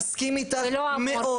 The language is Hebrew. מסכים איתך מאוד.